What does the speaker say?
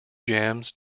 jams